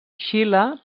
xile